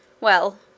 Well